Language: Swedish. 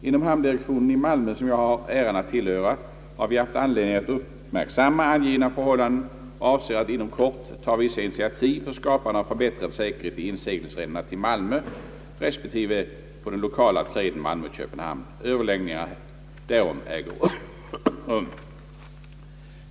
Inom hamndirektionen i Malmö, som jag har äran att tillhöra, har vi haft anledning att uppmärksamma angivna förhållanden och avser att inom kort taga vissa initiativ för skapande av förbättrad säkerhet i inseglingsrännorna till Malmö resp. på den lokala traden Malmö— Köpenhamn, Överläggningar därom äger rum.